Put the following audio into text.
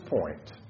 point